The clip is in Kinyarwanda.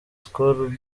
skol